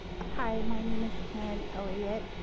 hi my name is karen elliott.